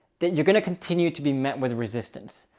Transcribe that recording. that you're going to continue to be met with resistance.